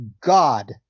God